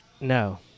No